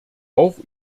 auch